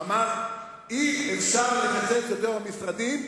הוא אמר: אי-אפשר לקצץ יותר במשרדים.